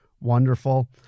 Wonderful